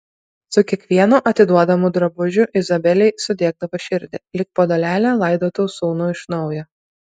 su kiekvienu atiduodamu drabužiu izabelei sudiegdavo širdį lyg po dalelę laidotų sūnų iš naujo